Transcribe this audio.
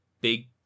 big